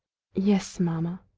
yes, mamma.